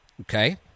Okay